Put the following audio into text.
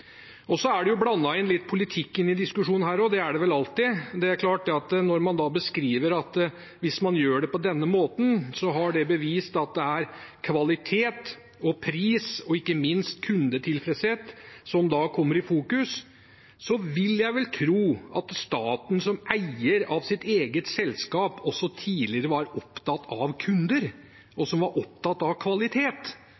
Så er det blandet litt politikk inn i diskusjonen her også, det er det vel alltid. Når man beskriver at hvis man gjør det på denne måten, har det bevist at det er kvalitet og pris og ikke minst kundetilfredshet som kommer i fokus, vil jeg vel tro at staten, som eier av sitt eget selskap, også tidligere var opptatt av kunder,